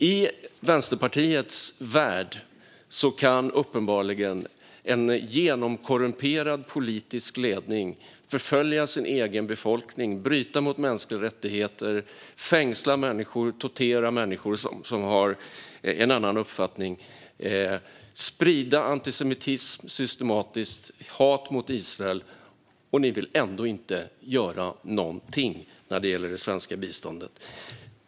I Vänsterpartiets värld kan uppenbarligen en genomkorrumperad politisk ledning förfölja sin egen befolkning, bryta mot mänskliga rättigheter, fängsla människor, tortera människor som har en annan uppfattning och systematiskt sprida antisemitism och hat mot Israel. Ni vill ändå inte göra någonting när det gäller det svenska biståndet.